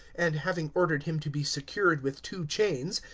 and, having ordered him to be secured with two chains,